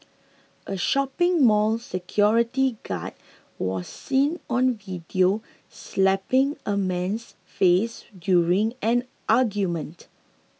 a shopping mall security guard was seen on video slapping a man's face during an argument